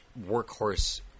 workhorse